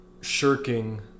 shirking